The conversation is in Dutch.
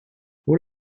hoe